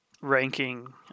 Ranking